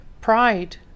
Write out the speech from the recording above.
pride